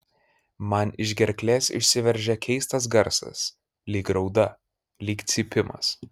man iš gerklės išsiveržia keistas garsas lyg rauda lyg cypimas